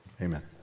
Amen